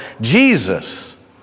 Jesus